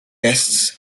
guests